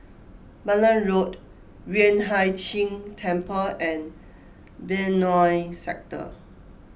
Malan Road Yueh Hai Ching Temple and Benoi Sector